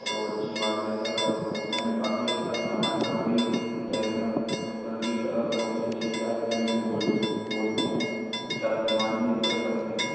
चलो अच्छी बात है सर और मैंने काफ़ी अच्छा सुना है करौली शहर में तरह बहुत ही अच्छा से प्यार प्रेम से बोलते है और अच्छा मान भी इज्जत करते है सर